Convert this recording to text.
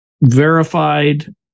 verified